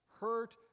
hurt